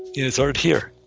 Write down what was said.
it's art here